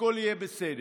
הכול יהיה בסדר,